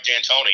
D'Antoni